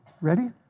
ready